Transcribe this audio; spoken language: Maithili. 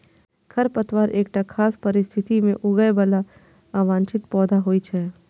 खरपतवार एकटा खास परिस्थिति मे उगय बला अवांछित पौधा होइ छै